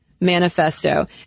Manifesto